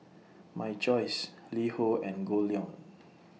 My Choice LiHo and Goldlion